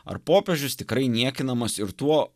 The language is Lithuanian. ar popiežius tikrai niekinamas ir tuo